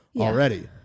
already